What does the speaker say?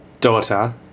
Daughter